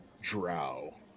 drow